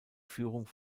führung